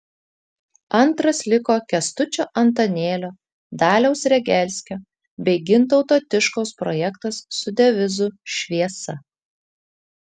antras liko kęstučio antanėlio daliaus regelskio bei gintauto tiškaus projektas su devizu šviesa